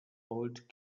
old